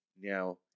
Now